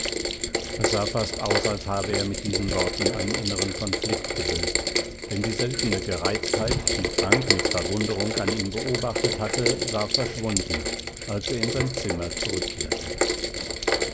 es sah fast aus als habe er mit diesen worten einen inneren konflikt gelöst denn die seltene gereiztheit die frank mit verwunderung an ihm beobachtet hatte war verschwunden als er in sein zimmer zurückkehrte